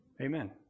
Amen